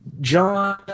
John